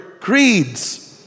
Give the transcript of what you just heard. creeds